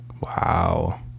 Wow